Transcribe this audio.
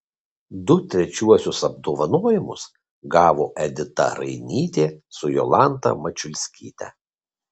du trečiuosius apdovanojimus gavo edita rainytė su jolanta mačiulskyte